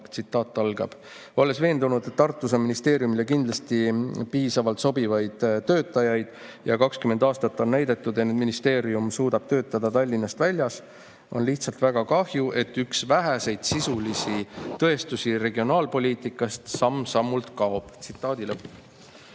(tsitaat algab): "Olles veendunud, et Tartus on ministeeriumile kindlasti piisavalt sobivaid töötajaid ja 20 aastat on näidanud, et ministeerium suudab töötada Tallinnast väljas, on lihtsalt väga kahju, et üks väheseid sisulisi tõestusi regionaalpoliitikast samm-sammult kaob." (Tsitaadi